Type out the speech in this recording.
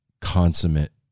consummate